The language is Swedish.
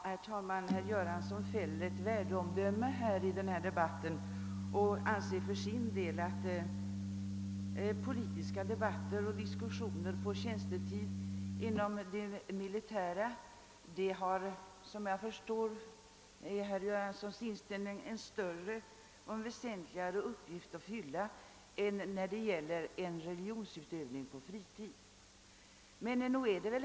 Herr talman! Herr Göransson fällde det värdeomdömet — om jag förstod honom rätt — att han för sin del anser att politiska debatter och diskussioner på tjänstetid i det militära har en större och väsentligare uppgift att fylla än religionsutövning på tjänstetid.